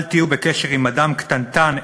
אל תהיו בקשר עם אדם קטנטן,